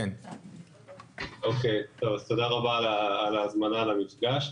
תודה על ההזמנה למפגש.